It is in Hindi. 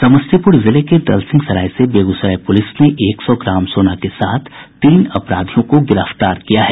समस्तीपूर जिले के दलसिंहसराय से बेगूसराय पूलिस ने एक सौ ग्राम सोना के साथ तीन अपराधियों को गिरफ्तार किया है